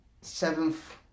seventh